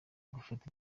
gufata